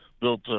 built